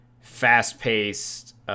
fast-paced